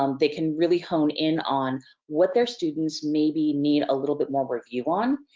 um they can really hone in on what their students maybe need a little bit more review on,